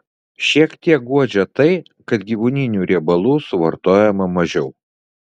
šiek tiek guodžia tai kad gyvūninių riebalų suvartojama mažiau